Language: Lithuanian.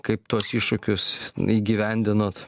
kaip tuos iššūkius neįgyvendinot